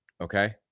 Okay